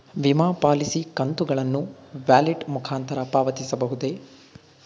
ವಿಮಾ ಪಾಲಿಸಿ ಕಂತುಗಳನ್ನು ವ್ಯಾಲೆಟ್ ಮುಖಾಂತರ ಪಾವತಿಸಬಹುದೇ?